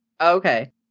Okay